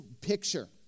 picture